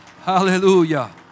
Hallelujah